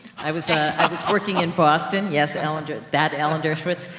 i was working in boston. yes, alan, that alan dershowitz.